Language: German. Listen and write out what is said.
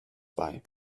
bei